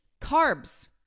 carbs